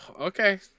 okay